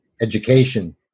education